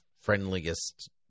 friendliest